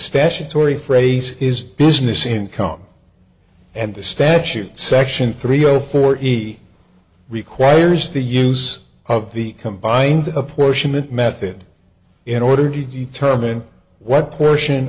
statutory phrase is business income and the statute section three zero forty requires the use of the combined apportionment method in order to determine what portion